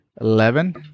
Eleven